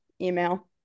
email